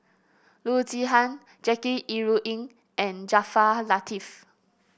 Loo Zihan Jackie Yi Ru Ying and Jaafar Latiff